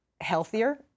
healthier